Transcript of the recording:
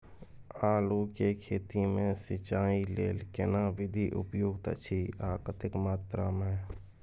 आलू के खेती मे सिंचाई लेल केना विधी उपयुक्त अछि आ कतेक मात्रा मे?